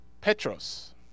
Petros